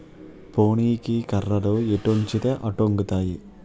పోనీకి కర్రలు ఎటొంచితే అటొంగుతాయి